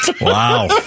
Wow